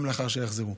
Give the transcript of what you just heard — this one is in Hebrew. גם לאחר שהם יחזרו.